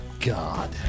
God